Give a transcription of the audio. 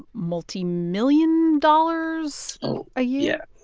multimillion dollars a year?